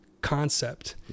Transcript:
concept